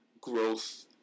growth